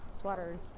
sweaters